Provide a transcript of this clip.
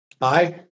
Aye